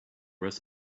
rest